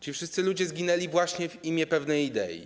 Ci wszyscy ludzie zginęli właśnie w imię pewnej idei.